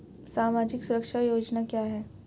सामाजिक सुरक्षा योजना क्या है?